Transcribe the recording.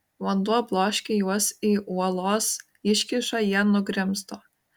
vanduo bloškė juos į uolos iškyšą jie nugrimzdo